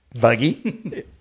buggy